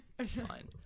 Fine